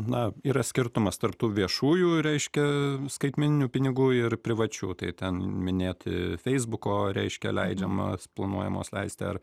na yra skirtumas tarp tų viešųjų reiškia skaitmeninių pinigų ir privačių tai ten minėti feisbuko reiškia leidžiamas planuojamos leisti ar